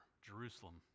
Jerusalem